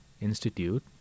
institute